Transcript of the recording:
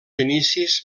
inicis